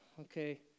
Okay